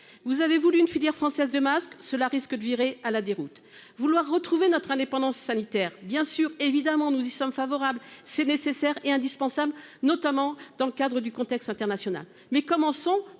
Vous avez voulu une filière française de masques, cela risque de virer à la déroute vouloir retrouver notre indépendance sanitaire bien sûr évidemment nous y sommes favorables. C'est nécessaire et indispensable notamment dans le cadre du contexte international, mais commençons